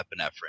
epinephrine